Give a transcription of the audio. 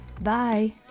Bye